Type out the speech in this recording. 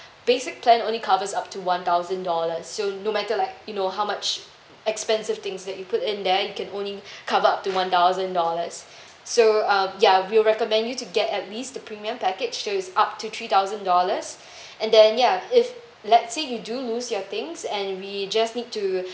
basic plan only covers up to one thousand dollars so no matter like you know how much expensive things that you put in there you can only cover up to one thousand dollars so uh ya we'll recommend you to get at least the premium package so it's up to three thousand dollars and then ya if let's say you do lose your things and we just need to